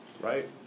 right